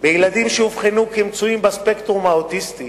בילדים שאובחנו כמצויים בספקטרום האוטיסטי